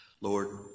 Lord